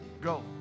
Go